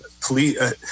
police